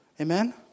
Amen